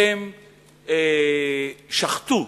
הם שחטו,